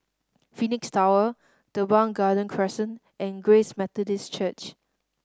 Phoenix Tower Teban Garden Crescent and Grace Methodist Church